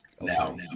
Now